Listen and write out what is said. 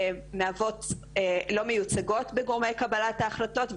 הן לא מיוצגות בגורמי קבלת ההחלטות,